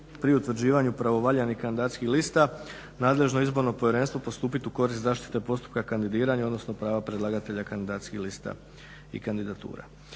pri utvrđivanju pravovaljanih kandidacijskih lista nadležno Izborno povjerenstvo postupiti u korist zaštite postupka kandidiranja, odnosno prava predlagatelja kandidacijskih lista i kandidatura.